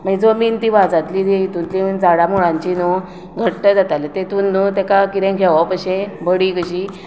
मागीर जमीन ती वाझांतली ती झाडां मुळांची न्हू घट्ट जाताली तेतून न्हू ताका कितें घेवप अशें बडी कशी